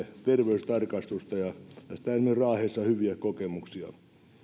terveystarkastusta josta on raahessa hyviä kokemuksia